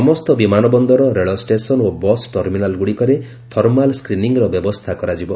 ସମସ୍ତ ବିମାନ ବନ୍ଦର ରେଳଷ୍ଟେସନ୍ ଓ ବସ୍ ଟର୍ମିନାଲ୍ଗୁଡ଼ିକରେ ଥର୍ମାଲ୍ ସ୍କ୍ରିନିର ବ୍ୟବସ୍ଥା କରାଯିବ